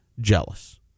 jealous